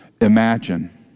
imagine